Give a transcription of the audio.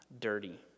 dirty